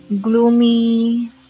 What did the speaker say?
gloomy